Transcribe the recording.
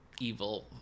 evil